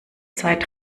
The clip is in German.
zeit